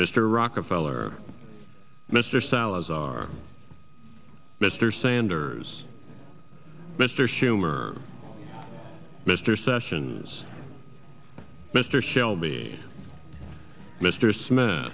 mr rockefeller mr salazar mr sanders mr schumer mr sessions mr shelby mr smith